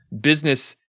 business